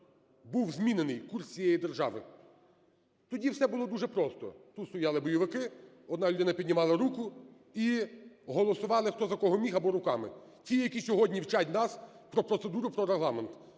був змінений курс всієї держави. Тоді все було дуже просто: тут стояли бойовики, одна людина піднімала руку, і голосували хто за кого міг або руками. Ті, які сьогодні вчать нас про процедуру, про Регламент.